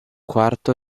quarto